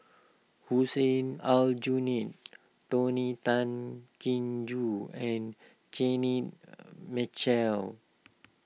Hussein Aljunied Tony Tan Keng Joo and Kenneth Mitchell